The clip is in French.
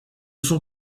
son